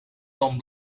dame